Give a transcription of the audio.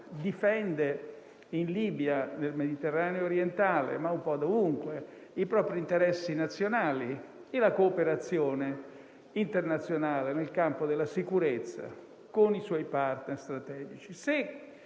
difende in Libia, nel Mediterraneo orientale, ma un po' dovunque, i propri interessi nazionali e la cooperazione internazionale nel campo della sicurezza con i suoi *partner* strategici.